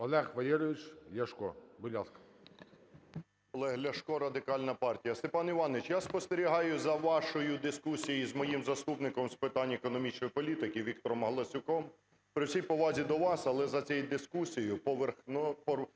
будь ласка. 11:00:10 ЛЯШКО О.В. Олег Ляшко, Радикальна партія. Степан Іванович, я спостерігаю за вашою дискусією з моїм заступником з питань економічної політики Віктором Галасюком. При всій повазі до вас, але за цією дискусією – без